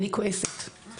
אני כועסת,